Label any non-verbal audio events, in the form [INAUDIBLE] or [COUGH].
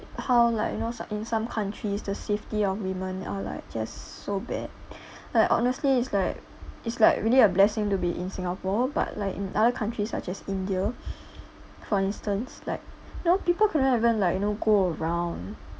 how like you know some in some countries the safety of women are like just so bad like honestly it's like it's like really a blessing to be in singapore but like in other countries such as india [BREATH] for instance like you know people cannot even like you know go around